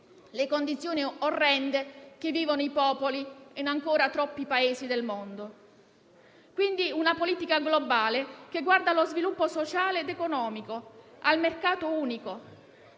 le condizioni orrende in cui vivono i popoli in ancora troppi Paesi del mondo. Occorre quindi una politica globale che guardi allo sviluppo sociale ed economico, al mercato unico,